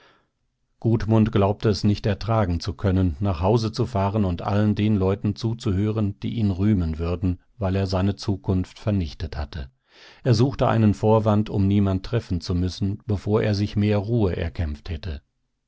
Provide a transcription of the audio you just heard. hast gudmund glaubte es nicht ertragen zu können nach hause zu fahren und allen den leuten zuzuhören die ihn rühmen würden weil er seine zukunft vernichtet hatte er suchte einen vorwand um niemand treffen zu müssen bevor er sich mehr ruhe erkämpft hätte